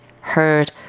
heard